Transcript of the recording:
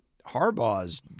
harbaugh's